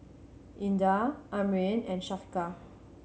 Indah Amrin and Syafiqah